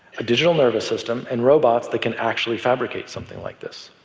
a digital nervous system and robots that can actually fabricate something like this.